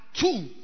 two